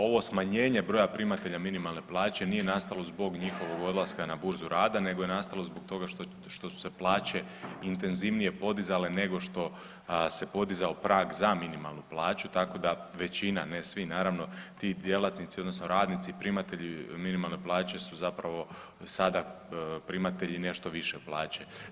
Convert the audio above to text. Ovo smanjenje broja primatelja minimalne plaće nije nastalo zbog njihovog odlaska na Burzu rada nego je nastalo zbog toga što su se plaće intenzivnije podizale nego što se podizao prag za minimalnu plaću, tako da većina, ne svi, naravno, ti djelatnici, odnosno radnici, primatelji minimalne plaće su zapravo sada primatelji nešto više plaće.